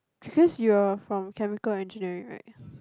because you are from chemical engineering right